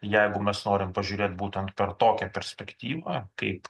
jeigu mes norim pažiūrėt būtent per tokią perspektyvą kaip